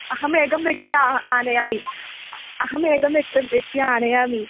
अहम् एकां व्यक्तिम् आनयामि अहमेकं व्यक्तं व्यक्त्या आनयामि